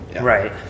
Right